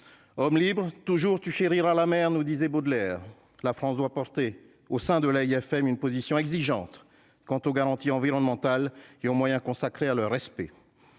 homme libre, toujours tu à la mer nous disait Baudelaire : la France doit porter au sein de l'AFM une position exigeante quant aux garanties environnementales et aux moyens consacrés à le respect